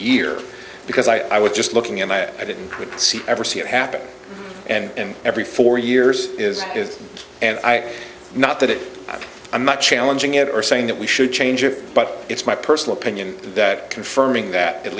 year because i was just looking and i didn't see ever see it happen and every four years is is and i'm not that i'm not challenging it or saying that we should change it but it's my personal opinion that confirming that at